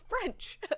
French